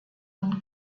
und